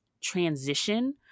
transition